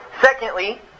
Secondly